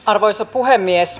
arvoisa puhemies